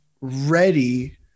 ready